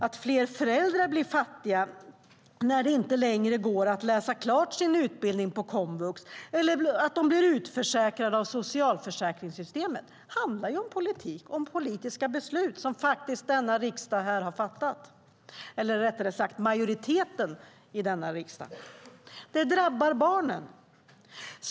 Att fler föräldrar blir fattiga när det inte längre går att läsa klart sin utbildning på komvux eller att de blir utförsäkrade av socialförsäkringssystemen handlar om politiska beslut som denna riksdag har fattat, eller som majoriteten i denna riksdag har fattat, rättare sagt. Det drabbar barnen.